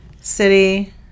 city